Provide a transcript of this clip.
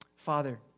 Father